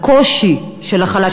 לקושי של החלש,